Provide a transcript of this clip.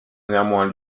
néanmoins